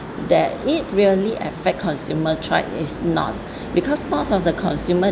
does it really affect consumer choice is not because most of the consumer